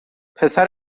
پسر